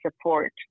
support